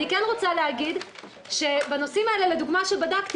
אני כן רוצה להגיד שבנושאים שבדקתי,